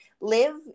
live